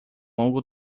longo